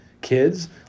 kids